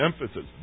emphasis